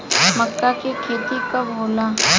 मक्का के खेती कब होला?